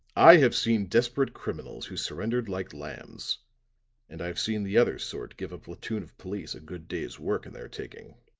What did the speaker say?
i have seen desperate criminals who surrendered like lambs and i've seen the other sort give a platoon of police a good day's work in their taking.